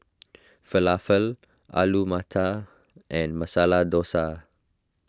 Falafel Alu Matar and Masala Dosa